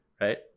right